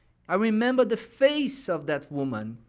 i remember the face of that woman.